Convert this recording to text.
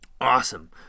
Awesome